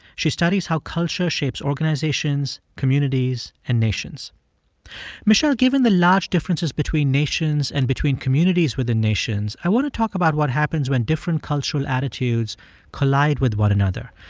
she studies how culture shapes organizations, communities and nations michele, given the large differences between nations and between communities within nations, i want to talk about what happens when different cultural attitudes collide with one another.